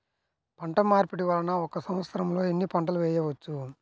పంటమార్పిడి వలన ఒక్క సంవత్సరంలో ఎన్ని పంటలు వేయవచ్చు?